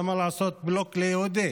למה לעשות בלוק ליהודי?